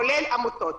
כולל עמותות.